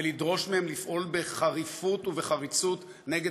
ולדרוש מהם לפעול בחריפות ובחריצות נגד